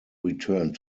returned